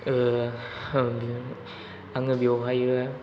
आङो बेवहायो